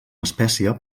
espècia